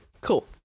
cool